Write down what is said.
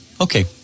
okay